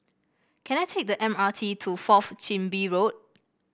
can I take the M R T to Fourth Chin Bee Road